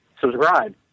subscribe